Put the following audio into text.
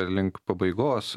ir link pabaigos